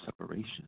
separation